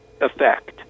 effect